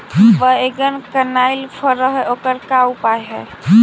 बैगन कनाइल फर है ओकर का उपाय है?